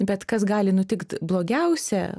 bet kas gali nutikt blogiausia